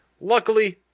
Luckily